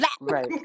right